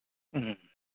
ꯎꯝ